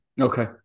Okay